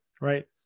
right